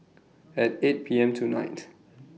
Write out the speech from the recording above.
At eight P M tonight